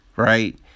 Right